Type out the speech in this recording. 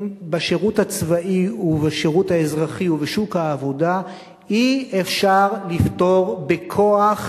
בשירות הצבאי ובשירות האזרחי ובשוק העבודה אי-אפשר לפתור בכוח,